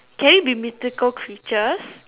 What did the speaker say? can it be mythical creatures